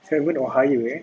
seven or higher eh